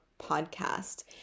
podcast